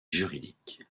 juridique